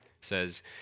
says